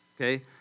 Okay